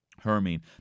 Hermine